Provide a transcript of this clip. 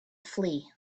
flee